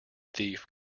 thief